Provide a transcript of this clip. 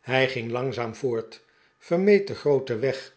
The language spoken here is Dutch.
hij ging langzaam voort vermeed den grooten weg